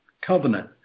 covenant